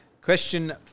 Question